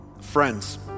Friends